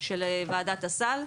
של ועדת הסל.